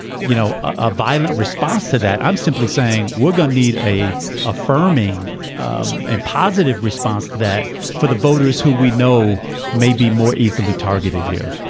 you know, a violent response to that. i'm simply saying we're gonna need a affirming um and positive response to that for the voters who we know may be more easily targeted here